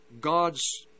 God's